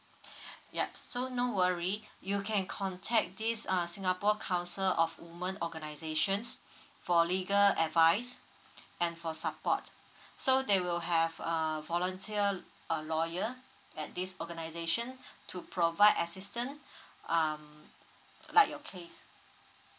yup so no worry you can contact this uh singapore council of woman organisations for legal advice and for support so they will have a volunteer a lawyer at this organisation to provide assistant um like your case